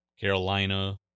Carolina